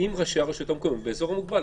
--- עם ראשי הרשויות באזור המוגבל.